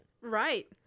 Right